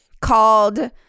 called